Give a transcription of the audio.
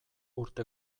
urte